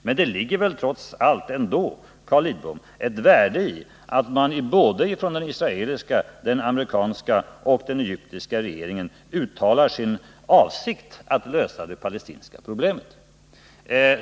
Men det ligger väl trots allt, Carl Lidbom, ett värde i att såväl den israeliska, den amerikanska som den egyptiska regeringen uttalar sin avsikt att lösa det palestinska problemet?